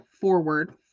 forward